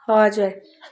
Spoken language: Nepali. हजुर